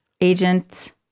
Agent